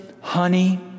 Honey